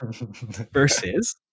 versus